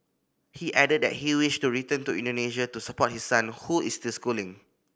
he added that he wished to return to Indonesia to support his son who is still schooling